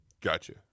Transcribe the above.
Gotcha